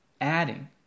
adding